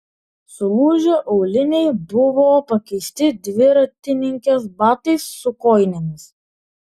sulūžę auliniai buvo pakeisti dviratininkės batais su kojinėmis